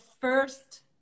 first